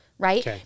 right